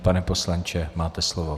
Pane poslanče, máte slovo.